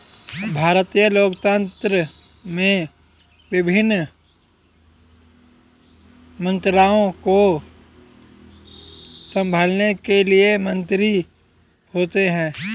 भारतीय लोकतंत्र में विभिन्न मंत्रालयों को संभालने के लिए मंत्री होते हैं